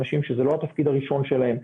אנשים שזה לא התפקיד הראשון שלהם,